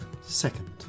second